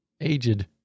aged